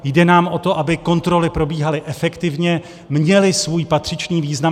Jde nám o to, aby kontroly probíhaly efektivně, měly svůj patřičný význam.